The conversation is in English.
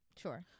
Sure